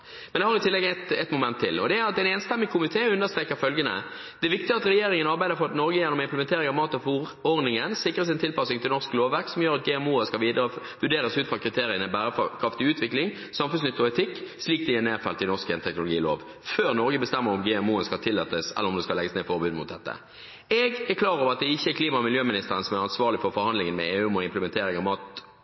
Men la meg legge til et moment. Det er at en enstemmig komité understreker at «det er viktig at regjeringen arbeider for at Norge gjennom implementering av mat- og fôrordningen sikres en tilpasning til norsk lovverk som gjør at GMO-er skal vurderes ut fra kriteriene bærekraftig utvikling, samfunnsnytte og etikk – slik de er nedfelt i norsk genteknologilov, før Norge bestemmer om GMO-en skal tillates eller om det skal legges ned forbud mot dette». Jeg er klar over at det ikke er klima- og miljøministeren som er ansvarlig for forhandlingene med EU om implementeringen av mat-